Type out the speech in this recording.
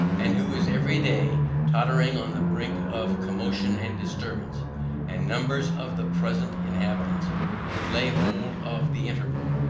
and who is every day tottering on the brink of commotion and disturbance and numbers of the present inhabitants would lay hold of the interval,